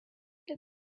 the